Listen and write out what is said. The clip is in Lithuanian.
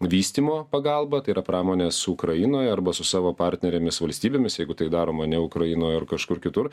vystymo pagalba tai yra pramonės ukrainoj arba su savo partnerėmis valstybėmis jeigu tai daroma ne ukrainoj ar kažkur kitur